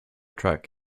track